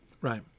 Right